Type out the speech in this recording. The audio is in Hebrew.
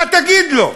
מה תגיד לו?